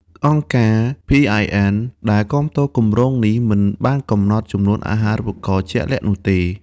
អង្គការ PIN ដែលគាំទ្រគម្រោងនេះ មិនបានកំណត់ចំនួនអាហារូបករណ៍ជាក់លាក់នោះទេ។